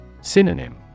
Synonym